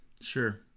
sure